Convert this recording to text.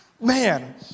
man